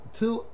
two